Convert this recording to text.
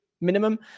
minimum